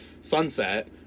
sunset